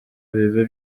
bibe